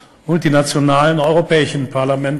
אדלשטיין, חברי הכנסת